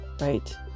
right